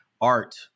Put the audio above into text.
art